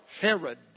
Herod